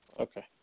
Okay